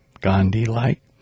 Gandhi-like